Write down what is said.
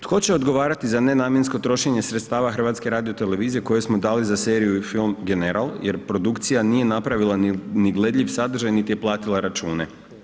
Tko će odgovarati za nenamjensko trošenje sredstava HRT-a koje smo dali za seriju i film General jer produkcija nije napravila ni gledljiv sadržaj niti je platila račune?